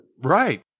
Right